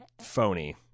Phony